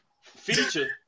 Feature